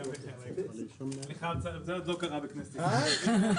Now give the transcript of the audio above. בכנסת ישראל.